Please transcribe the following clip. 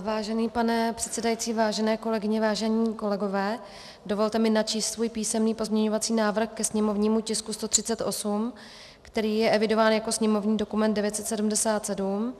Vážený pane předsedající, vážené kolegyně, vážení kolegové, dovolte mi načíst svůj písemný pozměňovací návrh ke sněmovnímu tisku 138, který je evidován jako sněmovní dokument 977.